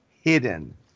Hidden